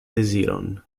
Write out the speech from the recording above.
deziron